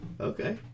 Okay